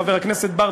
חבר הכנסת בר,